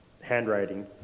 handwriting